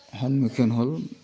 সন্মুখীন হ'ল